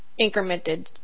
incremented